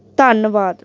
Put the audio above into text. ਧੰਨਵਾਦ